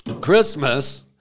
Christmas